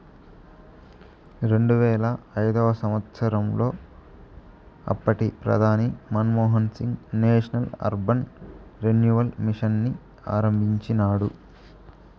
రెండువేల ఐదవ సంవచ్చరంలో అప్పటి ప్రధాని Manmohan Singh national urban renewal mission ని ఆరంభించినాడు